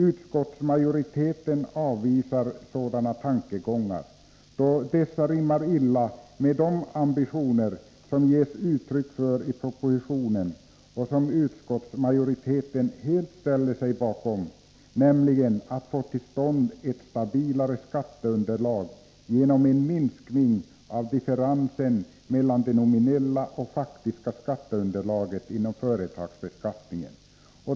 Utskottsmajoriteten avvisar sådana tankegångar då dessa rimmar illa med de ambitioner som det ges uttryck för i propositionen och som utskottsmajoriteten helt ställer sig bakom, nämligen att få till stånd ett stabilare skatteunderlag genom en minskning av differensen mellan det nominella och det faktiska skatteunderlaget inom företagsbeskattningen.